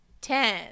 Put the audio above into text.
Ten